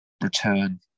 return